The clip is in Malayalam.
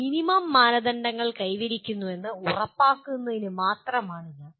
മിനിമം മാനദണ്ഡങ്ങൾ കൈവരിക്കുന്നുവെന്ന് ഉറപ്പാക്കുന്നതിന് മാത്രമാണ് ഇത്